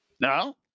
No